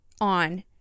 on